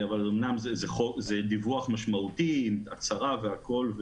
אומנם זה דיווח משמעותי עם הצהרה והכול,